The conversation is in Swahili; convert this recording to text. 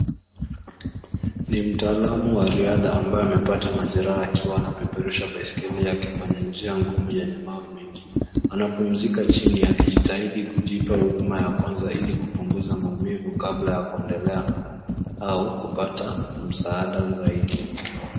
Ni mtaalamu wa riadha ambaye amepata majereha akiwa anapeperusha biskeli kwenye njia ngumu enye mawe mengi, anapumzika chini na kujitahidi kujipa huduma ya kwanza ilikupunguza maumivu kabla wa kuendelea au kupata msaada zaidi.